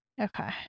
Okay